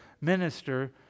minister